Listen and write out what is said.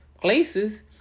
places